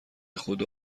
خدا